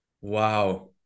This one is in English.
Wow